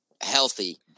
healthy